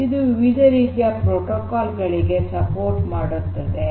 ಮತ್ತು ಇದು ವಿವಿಧ ರೀತಿಯ ಪ್ರೋಟೋಕಾಲ್ ಗಳಿಗೆ ಬೆಂಬಲಿಸುತ್ತದೆ